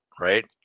right